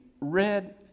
red